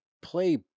play